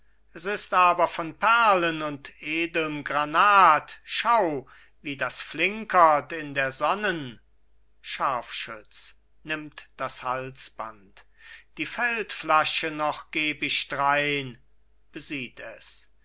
s ist aber von perlen und edelm granat schau wie das flinkert in der sonnen scharfschütz nimmt das halsband die feldflasche noch geb ich drein besieht es